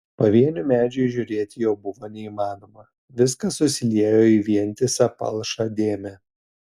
pavienių medžių įžiūrėti jau buvo neįmanoma viskas susiliejo į vientisą palšą dėmę